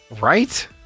Right